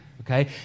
Okay